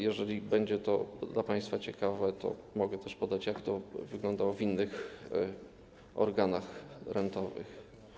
Jeżeli będzie to dla państwa ciekawe, to mogę też podać, jak to wyglądało w innych organach rentowych.